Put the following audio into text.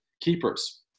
keepers